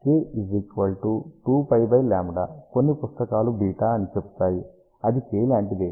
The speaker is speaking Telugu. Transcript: కాబట్టి k 2πλ కొన్ని పుస్తకాలు β అని చెపుతాయి అది k లాంటిదే